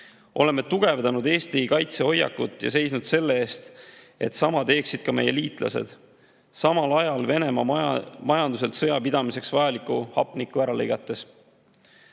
Oleme tugevdanud Eesti kaitsehoiakut ja seisnud selle eest, et sama teeksid ka meie liitlased, Venemaa majanduselt sõja pidamiseks vajalikku hapnikku ära